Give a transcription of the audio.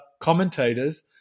commentators